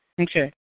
Okay